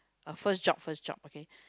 a first job first job okay